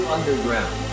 Underground